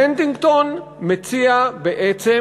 הנטינגטון מציע בעצם,